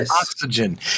oxygen